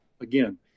again